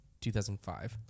2005